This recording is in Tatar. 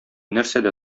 нәрсәдә